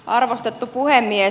arvostettu puhemies